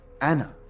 Anna